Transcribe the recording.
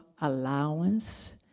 allowance